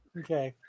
okay